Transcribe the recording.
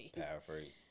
paraphrase